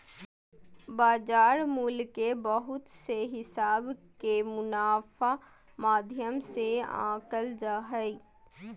बाजार मूल्य के बहुत से हिसाब के मुनाफा माध्यम से आंकल जा हय